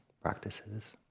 practices